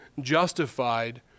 justified